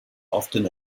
often